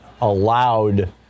allowed